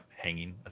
hanging